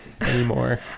anymore